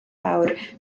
fawr